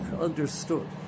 understood